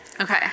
okay